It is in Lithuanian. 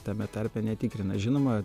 tame tarpe netikrina žinoma